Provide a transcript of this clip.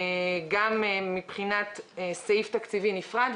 גם מבחינת סעיף תקציבי נפרד,